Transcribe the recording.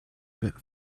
bit